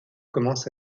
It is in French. commence